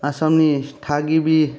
आसामनि थागिबि